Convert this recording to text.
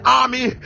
army